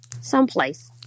Someplace